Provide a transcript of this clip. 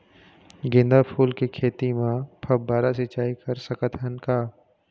गेंदा फूल के खेती म फव्वारा सिचाई कर सकत हन का?